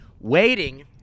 waiting